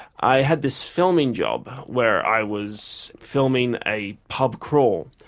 i had this filming job where i was filming a pub crawl.